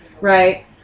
right